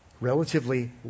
relatively